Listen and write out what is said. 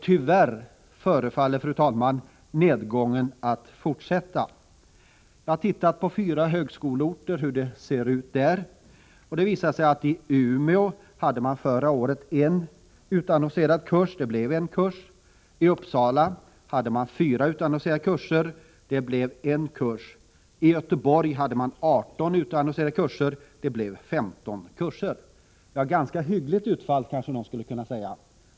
Tyvärr förefaller nedgången att fortsätta. Jag har studerat hur det ser ut på tre högskoleorter. I Umeå hade man förra året en utannonserad kurs. Det blev en kurs. I Uppsala hade man fyra utannonserade kurser. Det blev en kurs. I Göteborg hade man 18 utannonserade kurser. Det blev 15 kurser. Ett ganska hyggligt utfall, kanske någon säger.